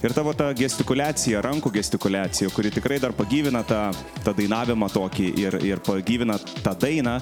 ir tavo ta gestikuliacija rankų gestikuliacija kuri tikrai dar pagyvina tą dainavimą tokį ir ir pagyvina tą dainą